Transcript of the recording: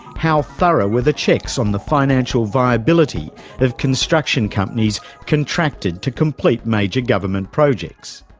how thorough were the checks on the financial viability of construction companies contracted to complete major government projects?